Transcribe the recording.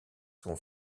son